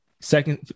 Second